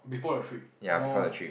before the trip oh